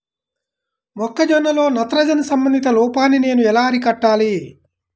మొక్క జొన్నలో నత్రజని సంబంధిత లోపాన్ని నేను ఎలా అరికట్టాలి?